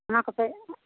ᱚᱱᱟ ᱠᱚᱯᱮ